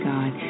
God